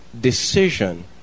decision